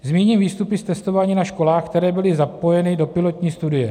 Zmíním výstupy z testování na školách, které byly zapojeny do pilotní studie.